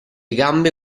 gambe